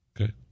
Okay